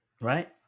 right